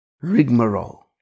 rigmarole